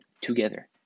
together